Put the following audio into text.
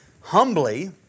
humbly